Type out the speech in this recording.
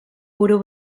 buru